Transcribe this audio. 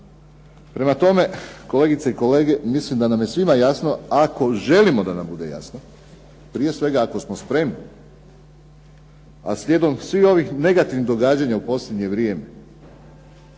Prema tome, kolegice i kolege mislim da nam je svima jasno ako želimo da nam bude jasno, prije svega ako smo spremni a slijedom svih ovih negativnih događanja u posljednje vrijeme